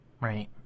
Right